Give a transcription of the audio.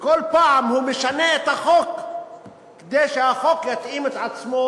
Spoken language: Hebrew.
וכל פעם הוא משנה את החוק כדי שהחוק יתאים את עצמו